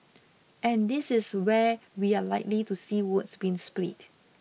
and this is where we are likely to see votes being split